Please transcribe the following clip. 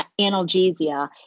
analgesia